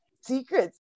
secrets